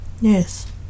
yes